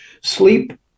Sleep